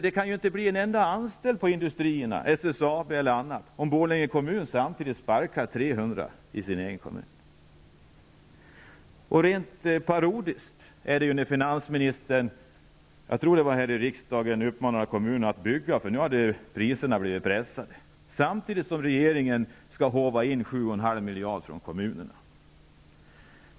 Det kan ju inte bli kvar en enda anställd inom industrierna, varken inom SSAB eller någon annan, om Borlänge kommun samtidigt ger 300 Det är rent parodiskt när finansministern -- jag tror att det var här i kammaren -- uppmanar kommunerna att bygga, eftersom priserna hade pressats, samtidigt som regeringen vill håva in 7,5 miljarder från kommunerna.